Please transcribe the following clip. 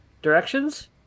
Directions